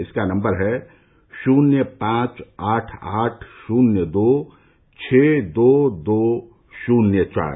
इसका नम्बर है शुन्य पांच आठ आठ शुन्य दो छः दो दो शुन्य चार